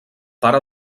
pare